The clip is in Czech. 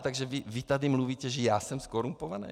Takže vy tady mluvíte, že já jsem zkorumpovaný?